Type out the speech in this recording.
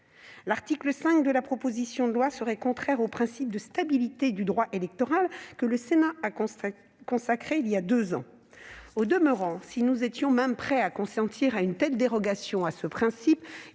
l'article 5 de la proposition de loi serait ainsi contraire au principe de stabilité du droit électoral, que le Sénat a consacré il y a deux ans. Au demeurant, si nous étions prêts à consentir à une telle dérogation à ce principe,